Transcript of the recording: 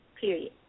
period